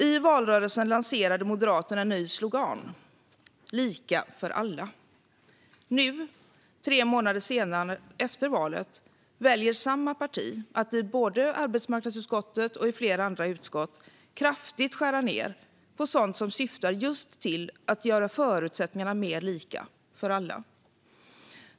I valrörelsen lanserade Moderaterna en ny slogan: lika för alla. Nu, tre månader efter valet, väljer samma parti att i arbetsmarknadsutskottet och i flera andra utskott kraftigt skära ned på sådant som syftar just till att göra förutsättningarna mer lika för alla.